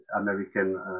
American